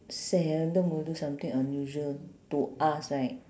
seldom will do something unusual to us right